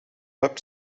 hub